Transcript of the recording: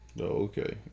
Okay